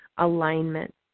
alignment